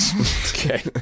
okay